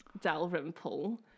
Dalrymple